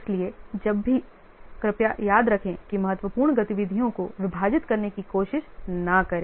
इसलिए जब भी कृपया याद रखें कि महत्वपूर्ण गतिविधियों को विभाजित करने की कोशिश न करें